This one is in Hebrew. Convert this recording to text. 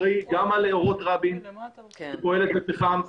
אורות רבין שפועלת בפחם.